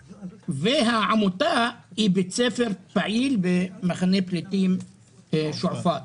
העמותה היא בית ספר פעיל במחנה הפליטים שועאפת.